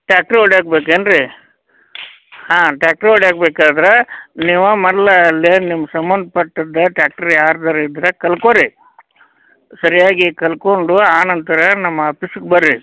ಟ್ರ್ಯಾಕ್ಟ್ರಿ ಹೊಡ್ಯಾಕ್ ಬೇಕು ಏನು ರೀ ಹಾಂ ಟ್ರ್ಯಾಕ್ಟ್ರಿ ಹೊಡ್ಯಾಕ್ ಬೇಕಾದ್ರೆ ನೀವು ಮೊದ್ಲು ಅಲ್ಲಿ ನಿಮ್ಮ ಸಂಬಂಧ್ಪಟ್ಟದ್ ಟ್ರ್ಯಾಕ್ಟ್ರಿ ಯಾರ್ದಾರ ಇದ್ದರೆ ಕಳ್ಕೋರಿ ಸರಿಯಾಗಿ ಕಲ್ಕೊಂಡು ಆ ನಂತರ ನಮ್ಮ ಆಪೀಸಿಗೆ ಬರ್ರಿ